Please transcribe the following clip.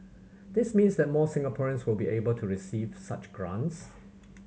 this means that more Singaporeans will be able to receive such grants